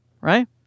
Right